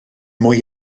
mwy